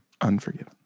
Unforgiven